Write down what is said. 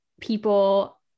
people